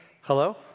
hello